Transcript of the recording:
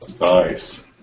Nice